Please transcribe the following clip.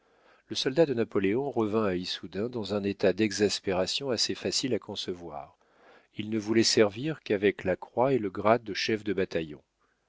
le soldat de napoléon revint à issoudun dans un état d'exaspération assez facile à concevoir il ne voulait servir qu'avec la croix et le grade de chef de bataillon